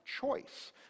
choice